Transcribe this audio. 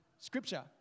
scripture